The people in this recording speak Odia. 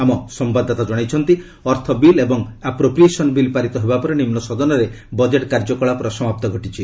ଆମ ସମ୍ଭାଦଦାତା ଜଣାଇଛନ୍ତି ଅର୍ଥ ବିଲ୍ ଏବଂ ଆପ୍ରୋପ୍ରିଏସନ୍ ବିଲ୍ ପାରିତ ହେବା ପରେ ନିମ୍ବ ସଦନରେ ବଜେଟ୍ କାର୍ଯ୍ୟକଳାପର ସମାପ୍ତ ଘଟିଛି